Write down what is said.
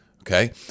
Okay